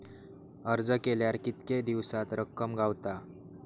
अर्ज केल्यार कीतके दिवसात रक्कम गावता?